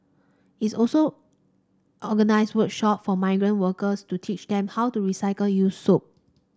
it also organises workshop for migrant workers to teach them how to recycle used soap